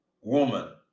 Woman